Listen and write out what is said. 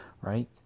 right